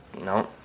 No